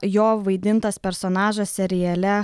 jo vaidintas personažas seriale